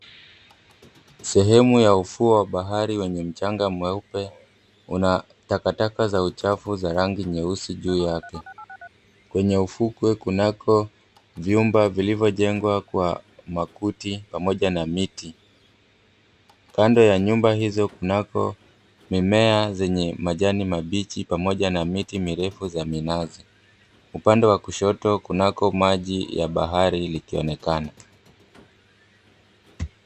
Sehemu ya ufuo wa bahari wenye mchanga mweupe kuna takataka za uchafu za rangi nyeusi juu yake, kwenye ufukwe kunako vyumba vilivyojengwa kwa makuti pamoja na mti kando ya nyumba hizo, kunako mimea zenye majani mabichi pamoja na miti mirefu ya minazi upande wa kushoto kunako maji ya bahari likionekana.